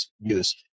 use